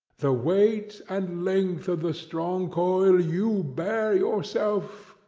the weight and length of the strong coil you bear yourself?